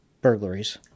Burglaries